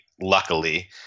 luckily